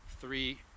three